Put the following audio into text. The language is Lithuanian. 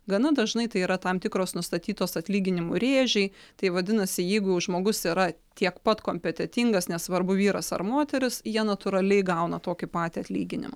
gana dažnai tai yra tam tikros nustatytos atlyginimų rėžiai tai vadinasi jeigu jau žmogus yra tiek pat kompetentingas nesvarbu vyras ar moteris jie natūraliai gauna tokį patį atlyginimą